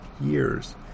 years